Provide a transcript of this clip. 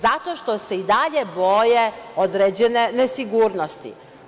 Zato što se i dalje boje određene nesigurnosti.